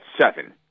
seven